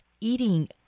eating